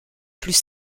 plus